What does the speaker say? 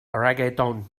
reggaeton